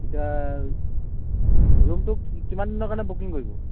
এতিয়া ৰুমটো কিমান দিনৰ কাৰণে বুকিং কৰিব